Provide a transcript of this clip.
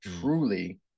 truly